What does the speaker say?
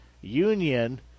Union